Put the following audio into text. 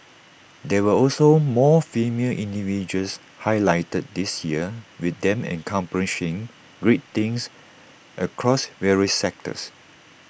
there were also more female individuals highlighted this year with them accomplishing great things across various sectors